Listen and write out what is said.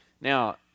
Now